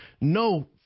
No